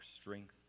strength